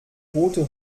tote